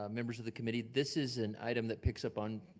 ah members of the committee, this is an item that picks up on,